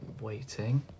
waiting